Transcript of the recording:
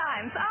times